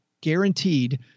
guaranteed